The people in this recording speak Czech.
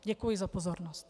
Děkuji za pozornost.